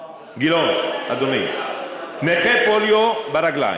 גילאון, אדוני, נכה פוליו ברגליים,